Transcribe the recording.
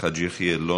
חאג' יחיא,